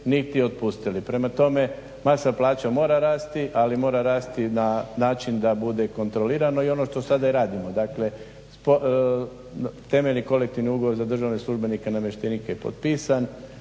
niti otpustili. Prema tome, masa plaća mora rasti ali mora rasti na način da bude kontrolirano i ono što sada i radimo. Dakle, temeljni Kolektivni ugovor za državne službenike i namještenike je potpisan,